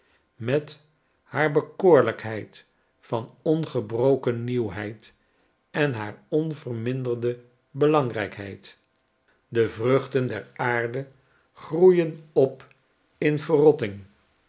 met haar bekoorlijkheid van ongebroken nieuwheid en haar onverminderde belangrijkheid de vruchten der aarde groeien op in verrotting